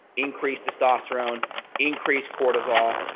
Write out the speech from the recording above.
increase testosterone increase cortisol,